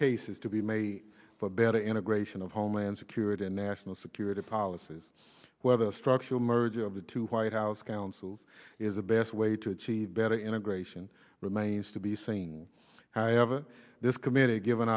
cases to be made for better integration of homeland security and national security policies whether the structural merger of the two white house counsels is the best way to achieve better integration remains to be seen however this committee given